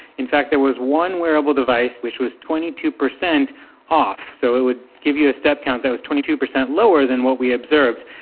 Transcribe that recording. in fact there was one wearable device which was twenty two percent off. so it would give you a step count that was twenty two percent lower than what we observed.